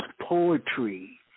poetry